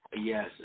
Yes